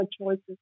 choices